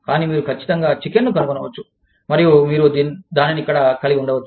కానీ మీరు ఖచ్చితంగా చికెన్ను కనుగొనవచ్చు మరియు మీరు దానిని ఇక్కడ కలిగి ఉండవచ్చు